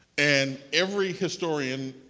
and every historian,